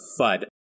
FUD